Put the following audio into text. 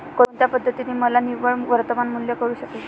कोणत्या पद्धतीने मला निव्वळ वर्तमान मूल्य कळू शकेल?